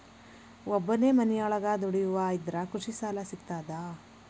ಒಬ್ಬನೇ ಮನಿಯೊಳಗ ದುಡಿಯುವಾ ಇದ್ರ ಕೃಷಿ ಸಾಲಾ ಸಿಗ್ತದಾ?